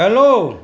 hello